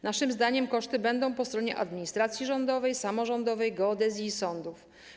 Naszym zdaniem koszty będą po stronie administracji rządowej, samorządowej, jednostek geodezji i sądów.